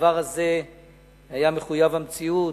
הדבר הזה היה מחויב המציאות,